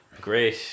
great